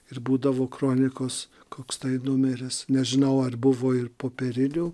ir būdavo kronikos koks tai numeris nežinau ar buvo ir popierinių